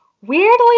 Weirdly